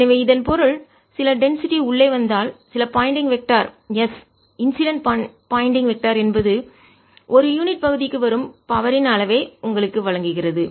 எனவே இதன் பொருள் சில டென்சிட்டி அடர்த்தி உள்ளே வந்தால் சில பாயிண்டிங் வெக்டர் திசையன் S இன்சிடென்ட் பாயிண்டிங் வெக்டர் திசையன் என்பது ஒரு யூனிட் பகுதிக்கு வரும் பவர் ன் சக்தியின் அளவை உங்களுக்கு வழங்குகிறது